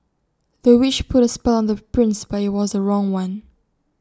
the witch put A spell on the prince but IT was the wrong one